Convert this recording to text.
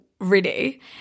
ready